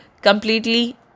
completely